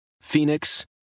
Phoenix